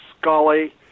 Scully